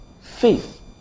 faith